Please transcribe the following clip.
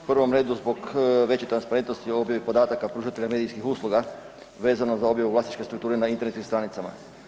U prvom redu zbog veće transparentnosti o objavi podataka pružatelja medijskih usluga vezano za objavu vlasničke strukture na internetskim stranicama.